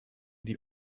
die